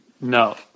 No